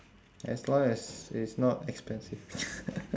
as long as it's not expensive